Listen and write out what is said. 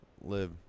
live